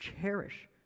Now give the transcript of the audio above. cherish